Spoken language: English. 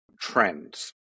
trends